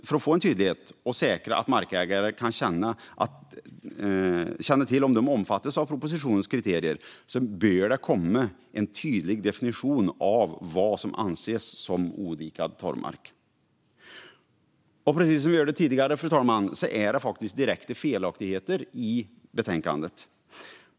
För att få en tydlighet och säkra att markägare kan känna till om de omfattas av propositionens kriterier bör det komma en tydlig definition av vad som anses som odikad torvmark. Precis som vi hörde tidigare, fru talman, är det direkta felaktigheter i betänkandet.